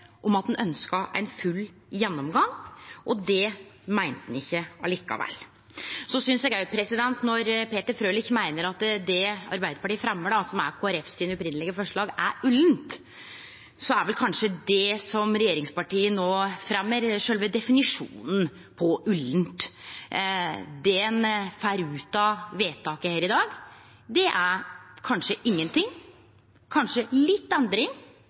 om at ein ynskte ein full gjennomgang, og det meinte ein ikkje likevel. Eg synest òg at når Peter Frølich meiner at det Arbeiderpartiet fremjar, som er Kristeleg Folkepartis opphavlege forslag, er ullent, er kanskje det regjeringspartiet no fremjar, sjølve definisjonen på ullent. Det ein får ut av vedtaket her i dag, er kanskje ingenting, kanskje litt endring.